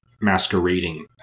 masquerading